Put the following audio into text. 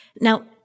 Now